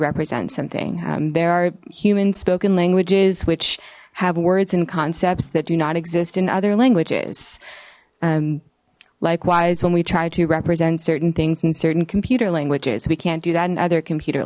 represent something there are human spoken languages which have words and concepts that do not exist in other languages likewise when we try to represent certain things in certain computer languages we can't do that in other computer